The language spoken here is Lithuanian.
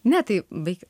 ne tai baikit